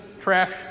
trash